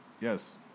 Yes